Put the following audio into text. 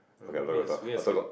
um escape